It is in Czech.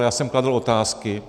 Já jsem kladl otázky.